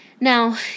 Now